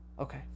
Okay